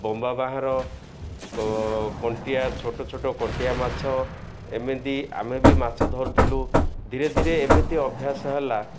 ବମ୍ବା ବାହାର କଣ୍ଟିଆ ଛୋଟ ଛୋଟ କଣ୍ଟିଆ ମାଛ ଏମିତି ଆମେ ବି ମାଛ ଧରୁଥିଲୁ ଧୀରେ ଧୀରେ ଏମିତି ଅଭ୍ୟାସ ହେଲା